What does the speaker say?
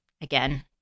Again